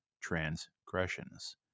transgressions